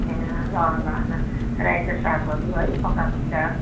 ए ल ल ल रायोको सागहरू है पकाएको हुन्छ